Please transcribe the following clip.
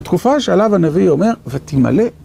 תקופה שעליו הנביא אומר, ותמלא.